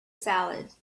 salad